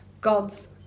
God's